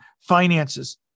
finances